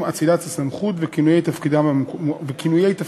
אצילת הסמכות וכינויי תפקידים מעודכנים.